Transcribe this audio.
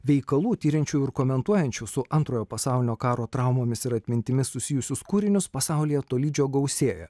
veikalų tiriančių ir komentuojančių su antrojo pasaulinio karo traumomis ir atmintimi susijusius kūrinius pasaulyje tolydžio gausėja